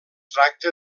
tracta